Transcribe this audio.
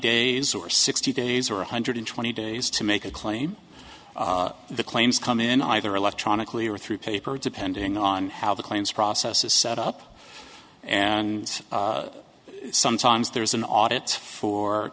days or sixty days or one hundred twenty days to make a claim the claims come in either electronically or through paper depending on how the claims process is set up and sometimes there's an audit for